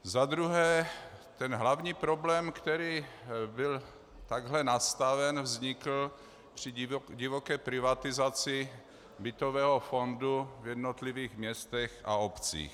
Za druhé hlavní problém, který byl takhle nastaven, vznikl při divoké privatizaci bytového fondu v jednotlivých městech a obcích.